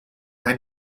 ein